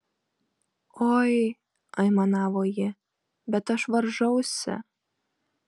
oi aimanavo ji bet aš varžausi